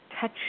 touch